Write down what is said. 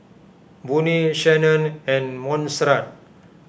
Boone Shannon and Monserrat